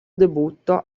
debutto